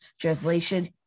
translation